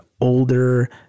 older